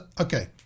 okay